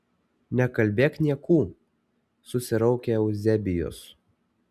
nekalbėk niekų susiraukė euzebijus